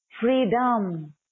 Freedom